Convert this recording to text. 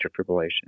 fibrillation